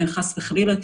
חס וחלילה,